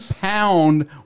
pound